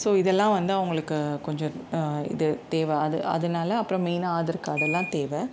so இதெல்லாம் வந்து அவங்களுக்கு கொஞ்சம் இது தேவை அது அதனால அப்புறம் மெயினாக ஆதார் கார்டெல்லாம் தேவை